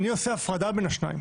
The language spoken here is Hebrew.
אני עושה הפרדה בין השניים.